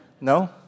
No